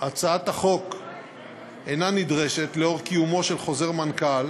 הצעת החוק אינה נדרשת נוכח קיומו של חוזר מנכ"ל